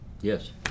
Yes